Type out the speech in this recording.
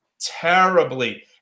terribly